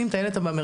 שים את הילד במרכז,